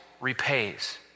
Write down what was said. repays